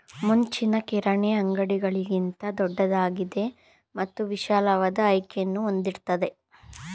ಮುಂಚಿನ ಕಿರಾಣಿ ಅಂಗಡಿಗಳಿಗಿಂತ ದೊಡ್ದಾಗಿದೆ ಮತ್ತು ವಿಶಾಲವಾದ ಆಯ್ಕೆಯನ್ನು ಹೊಂದಿರ್ತದೆ